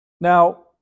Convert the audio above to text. Now